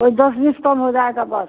वो दस बीस कम हो जाएगा बस